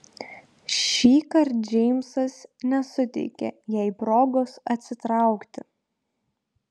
šįkart džeimsas nesuteikė jai progos atsitraukti